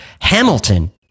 Hamilton